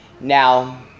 Now